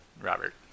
robert